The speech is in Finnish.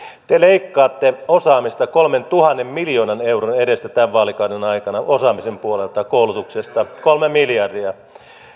te leikkaatte osaamista kolmentuhannen miljoonan euron edestä tämän vaalikauden aikana osaamisen puolelta koulutuksesta kolme miljardia